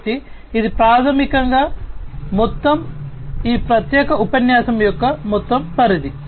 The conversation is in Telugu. కాబట్టి ఇది ప్రాథమికంగా మొత్తం ఈ ప్రత్యేక ఉపన్యాసం యొక్క మొత్తం పరిధి